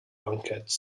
lunkheads